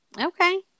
Okay